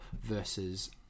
versus